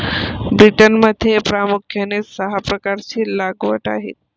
ब्रिटनमध्ये प्रामुख्याने सहा प्रकारची लागवड आहे